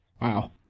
Wow